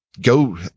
go